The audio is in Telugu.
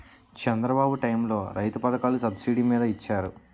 చంద్రబాబు టైములో రైతు రథాలు సబ్సిడీ మీద ఇచ్చారు